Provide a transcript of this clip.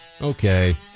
okay